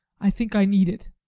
i think i need it.